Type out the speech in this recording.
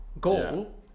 goal